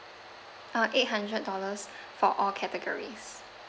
uh eight hundred dollars for all categories